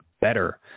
better